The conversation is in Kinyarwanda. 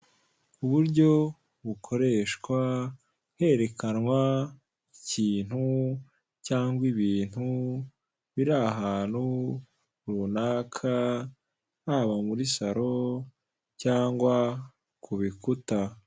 Uburyo bukoreshwa herekanwa ikintu cyangwa ibintu, biri ahantu runaka haba muri salo cyangwa ku bikuta.